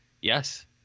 Yes